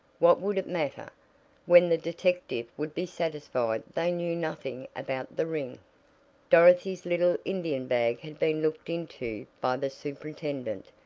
what would it matter? when the detective would be satisfied they knew nothing about the ring dorothy's little indian bag had been looked into by the superintendent,